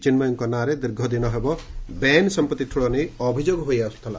ଚିନ୍ମୟଙ୍କ ନାଁରେ ଦୀର୍ଘ ଦିନ ହେବ ବେଆଇନ ସମ୍ମଉି ଠୁଳ ନେଇ ଅଭିଯୋଗ ହୋଇଆସୁଥ୍ଲା